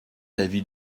l’avis